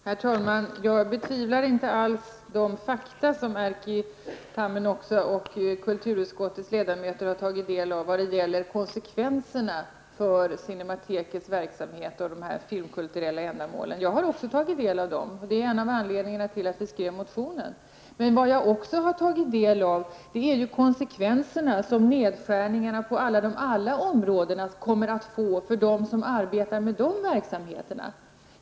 Herr talman! Jag betvivlar inte de fakta som Erkki Tammenoksa och övriga ledamöter i kulturutskottet har tagit del av när det gäller konsekvenserna för Cinematekets verksamhet och andra filmkulturella ändamål. Jag har också tagit del av dessa fakta, och det är en av anledningarna till att vi skrev motionen. Men jag har också tagit del av de konsekvenser nedskärningarna på alla andra områden kommer att få för dem som arbetar inom de olika verksamheterna.